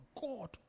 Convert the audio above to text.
God